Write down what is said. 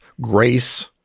grace